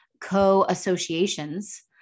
co-associations